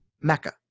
Mecca